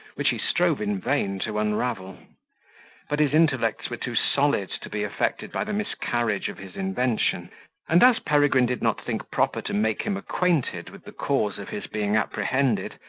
which he strove in vain to unravel but his intellects were too solid to be affected by the miscarriage of his invention and, as peregrine did not think proper to make him acquainted with the cause of his being apprehended,